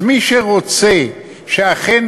אז מי שרוצה שאכן